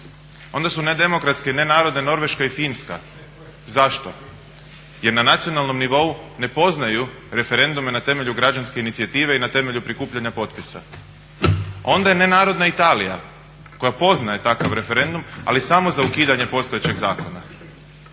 Onda su nedemokratske i nenarodne Norveška i Finska. Zašto, jer na nacionalnom nivou ne poznaju referendume na temelju građanske inicijative i na temelju prikupljanja potpisa. Onda je nenarodna Italija koja poznaje takav referendum ali samo za ukidanje postojećeg zakona.